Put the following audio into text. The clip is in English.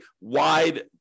wide